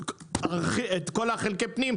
ואת כל חלקי הפנים,